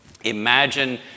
imagine